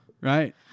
Right